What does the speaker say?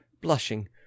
blushing